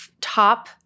top